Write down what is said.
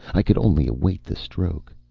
i could only await the stroke.